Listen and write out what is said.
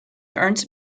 ernst